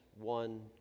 one